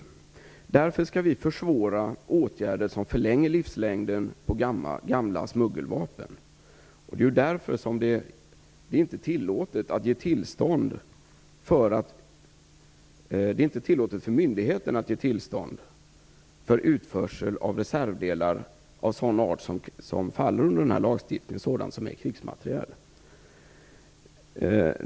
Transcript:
Därför skall vi försvåra åtgärder som förlänger livslängden på gamla smuggelvapen. Det är därför det inte är tillåtet för myndigheten att ge tillstånd för utförsel av reservdelar av sådan art som faller under den här lagstiftningen, dvs. sådant som är krigsmateriel.